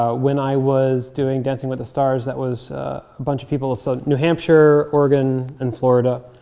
ah when i was doing dancing with the stars, that was a bunch of people. so new hampshire, oregon and florida.